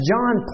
John